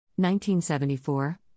1974